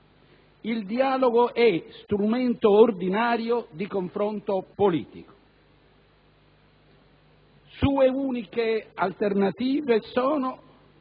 il dialogo è strumento ordinario di confronto politico. Sue uniche alternative sono